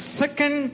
second